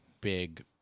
big